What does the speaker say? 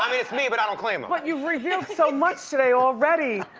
um it's me but i don't claim them. but you've revealed so much today already.